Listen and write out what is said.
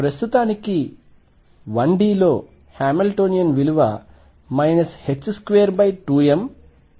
ప్రస్తుతానికి 1 d లో Hamiltonian విలువ 22md2dx2